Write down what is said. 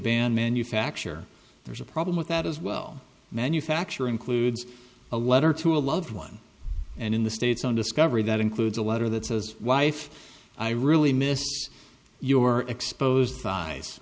ban manufacture there's a problem with that as well manufacturer includes a letter to a loved one and in the states on discovery that includes a letter that says wife i really miss you were exposed